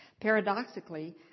Paradoxically